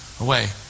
away